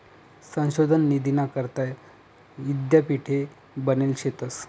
संशोधन निधीना करता यीद्यापीठे बनेल शेतंस